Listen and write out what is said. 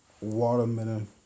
watermelon